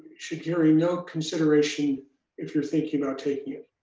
should carry no consideration if you're thinking about taking it.